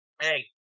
Hey